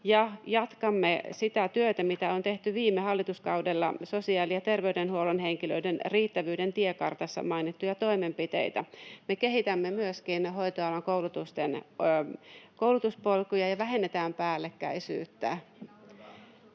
jatkamme sitä työtä, mitä on tehty viime hallituskaudella sosiaali- ja terveydenhuollon henkilöiden riittävyyden tiekartassa, mainittuja toimenpiteitä. Me kehitämme myöskin hoitoalan koulutusten koulutuspolkuja ja vähennämme päällekkäisyyttä.